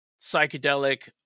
psychedelic